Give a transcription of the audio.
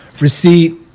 receipt